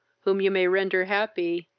whom you may render happy,